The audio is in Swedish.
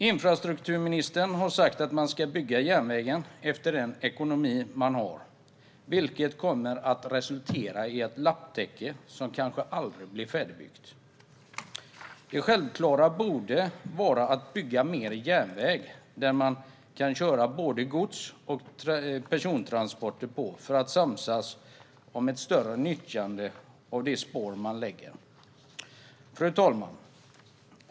Infrastrukturministern har sagt att man ska bygga järnvägen efter den ekonomi man har, vilket kommer att resultera i ett lapptäcke som kanske aldrig blir färdigt. Det självklara borde vara att bygga mer järnväg där både gods och persontransporter kan samsas, så att det blir ett större nyttjande av spåren. Fru talman!